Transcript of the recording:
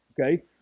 Okay